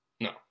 No